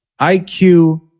IQ